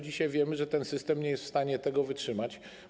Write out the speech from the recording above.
Dzisiaj wiemy, że ten system nie jest w stanie tego wytrzymać.